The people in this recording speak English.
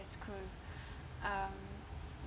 that's cool um